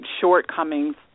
shortcomings